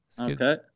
Okay